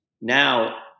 Now